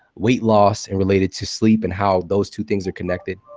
weight loss and related to sleep, and how those two things are connected.